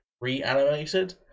reanimated